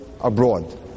abroad